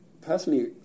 personally